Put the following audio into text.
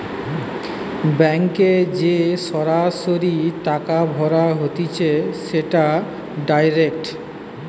ব্যাংকে যে সরাসরি টাকা ভরা হতিছে সেটা ডাইরেক্ট